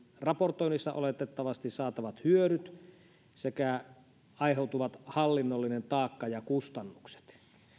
raportoinnissa oletettavasti saatavat hyödyt sekä aiheutuva hallinnollinen taakka ja kustannukset